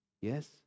Yes